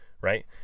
right